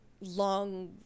long